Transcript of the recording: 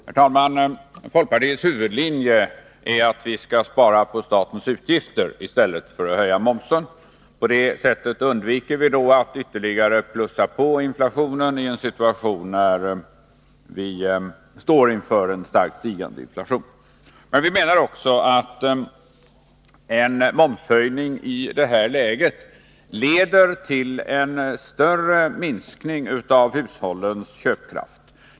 Herr talman! Folkpartiets huvudlinje är att vi skall spara på statens utgifter istället för att höja momsen. På det sättet undviker vi att ytterligare plussa på en starkt stigande inflation. Men vi menar också att en momshöjning i det här läget leder till en större minskning av hushållens köpkraft.